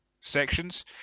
sections